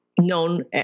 known